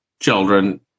Children